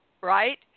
Right